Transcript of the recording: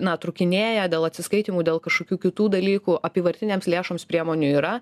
na trūkinėja dėl atsiskaitymų dėl kažkokių kitų dalykų apyvartinėms lėšoms priemonių yra